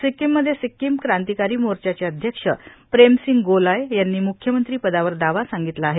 सिक्कीममध्ये सिक्कीम क्रांतिकारी मोर्चाचे अध्यक्ष प्रेमसिंग गोलाय यांनी म्ख्यमंत्री पदावर दावा सांगितलं आहे